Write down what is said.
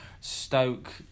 Stoke